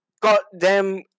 goddamn